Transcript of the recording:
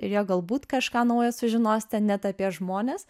ir jo galbūt kažką naujo sužinosite net apie žmones